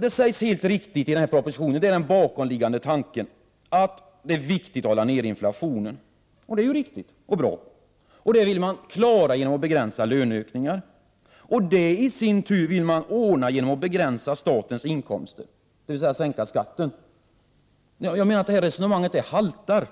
Det sägs helt riktigt i propositionen — och detta är den bakomliggande tanken i propositionen — att det är viktigt att hålla nere inflationen. Det vill man klara genom att begränsa löneökningarna, och detta i sin tur vill man ordna genom att begränsa statens inkomster, dvs. sänka skatten. Jag menar att det här resonemanget haltar.